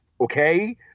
Okay